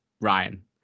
Ryan